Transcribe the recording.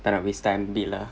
tak nak waste time lah